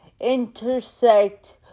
intersect